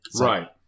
Right